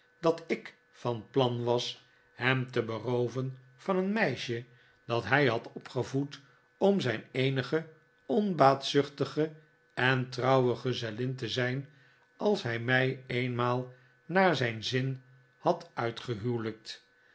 dat ik van plan was hem te berooven van een meisje dat hij had opgevoed om zijn eenige onbaatzuchtige en trouwe gezellin te zijn als hij mij eenmaal naar zijn zin had